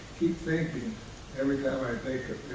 keep thinking every time i take a